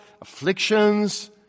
afflictions